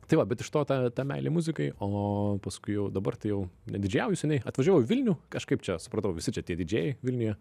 tai va bet iš to ta ta meilė muzikai o paskui jau dabar tai jau nedidžėjauju seniai atvažiavau į vilnių kažkaip čia supratau visi čia tie didžėjai vilniuje